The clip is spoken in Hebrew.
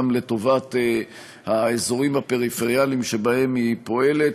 גם לטובת האזורים הפריפריאליים שבהם היא פועלת,